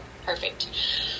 perfect